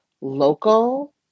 local